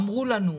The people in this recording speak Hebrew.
אמרו לנו,